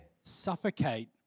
Suffocate